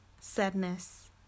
sadness